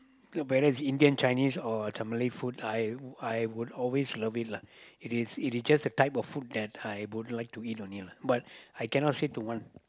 whether is Indian Chinese or is a Malay food I I would always love it lah it is it is just the type of food that I would like to eat only lah but I cannot say to one